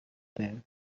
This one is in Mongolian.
байв